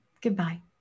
Goodbye